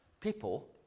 People